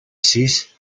σεις